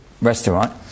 restaurant